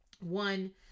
One